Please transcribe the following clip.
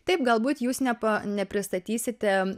taip galbūt jūs nepa nepristatysite